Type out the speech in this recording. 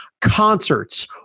concerts